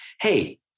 hey